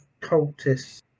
cultists